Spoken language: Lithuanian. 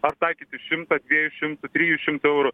ar taikyti šimto dviejų šimtų trijų šimtų eurų